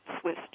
Swiss